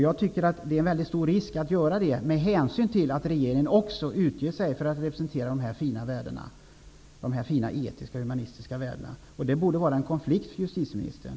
Jag tycker att det ligger en mycket stor risk i att göra det, med hänsyn till att regeringen också utger sig för att representera de här fina etiska och humanitära värdena. Detta borde vara en konflikt för justitieministern.